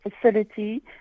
facility